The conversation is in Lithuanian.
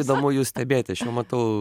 įdomu jus stebėti matau